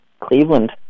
Cleveland